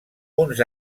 uns